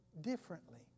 differently